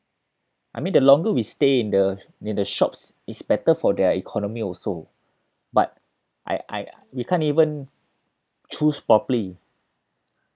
I mean the longer we stay in the in the shops is better for their economy also but I I we can't even choose properly